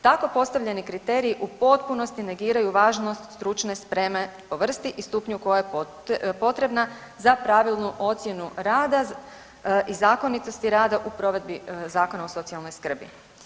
Tako postavljeni kriteriji u potpunosti negiraju važnost stručne spreme po vrsti i stupnju koja je potrebna za pravilnu ocjenu rada i zakonitosti rada u provedbi Zakona o socijalnoj skrbi.